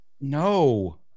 No